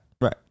Right